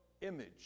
image